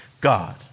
God